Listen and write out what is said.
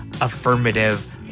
affirmative